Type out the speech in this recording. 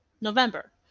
November